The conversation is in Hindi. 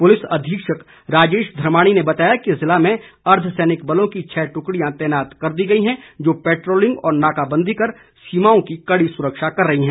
पुलिस अधीक्षक राजेश धर्माणी ने बताया है कि जिले में अर्धसैनिक बलों की छः टुकड़ियां तैनात कर दी गई हैं जो पेट्रोलिंग व नाकाबंदी कर सीमाओं की कड़ी सुरक्षा कर रही हैं